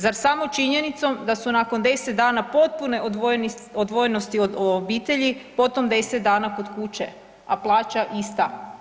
Zar samo činjenicom da su nakon 10 dana potpune odvojenosti od obitelji potom 10 dana kod kuće a plaća ista?